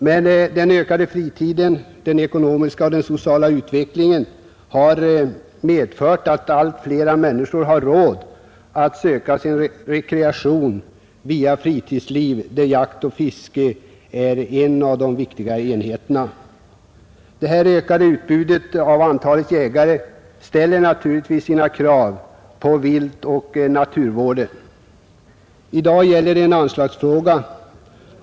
Men den ökade fritiden och den ekonomiska och sociala utvecklingen har medfört att allt flera människor har råd att söka sin rekreation via fritidsliv, där jakt och fiske är ett av de viktigaste inslagen. Det ökade utbudet av antalet jägare ställer naturligtvis sina krav på viltoch naturvården. I dag gäller det en anslagsfråga.